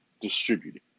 distributed